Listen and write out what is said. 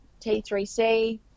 T3C